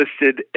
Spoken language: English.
listed